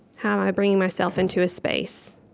how am i bringing myself into a space?